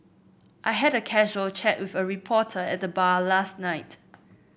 I had a casual chat with a reporter at the bar last night